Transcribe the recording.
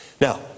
Now